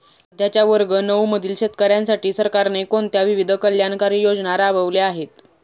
सध्याच्या वर्ग नऊ मधील शेतकऱ्यांसाठी सरकारने कोणत्या विविध कल्याणकारी योजना राबवल्या आहेत?